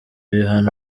bihano